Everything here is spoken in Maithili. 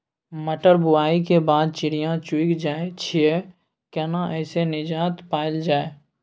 मटर बुआई के बाद चिड़िया चुइग जाय छियै केना ऐसे निजात पायल जाय?